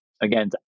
again